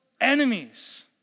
enemies